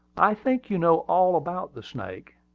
i think you know all about the snake,